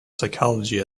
psychology